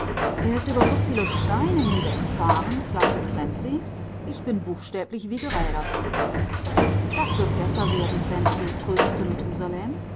er ist über so viele steine hinweggefahren klagte cenzi ich bin buchstäblich wie gerädert das wird besser werden